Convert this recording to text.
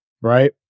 right